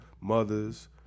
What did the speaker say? mothers